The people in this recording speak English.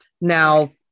now